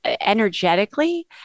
energetically